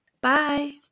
Bye